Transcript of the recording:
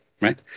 right